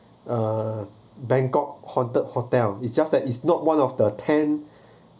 uh bangkok haunted hotel it's just that it's not one of the ten